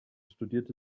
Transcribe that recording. studierte